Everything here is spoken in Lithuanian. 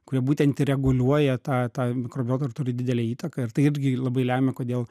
kurie būtent ir reguliuoja tą tą mikrobiotą ir turi didelę įtaką ir tai irgi labai lemia kodėl